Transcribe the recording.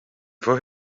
for